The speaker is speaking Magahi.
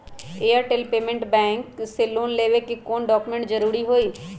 एयरटेल पेमेंटस बैंक से लोन लेवे के ले कौन कौन डॉक्यूमेंट जरुरी होइ?